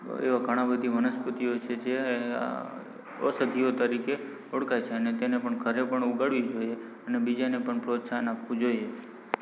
એવાં ઘણાં બધી વનસ્પતિઓ છે જે અ ઔષધીઓ તરીકે ઓળખાય છે અને તેને પણ ઘરે પણ ઉગાડવી જોઇએ અને બીજાને પણ પ્રોત્સાહન આપવું જોઈએ